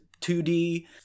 2D